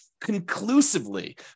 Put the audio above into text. conclusively